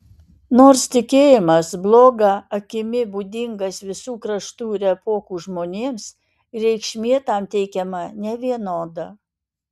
nors tikėjimas bloga akimi būdingas visų kraštų ir epochų žmonėms reikšmė tam teikiama nevienoda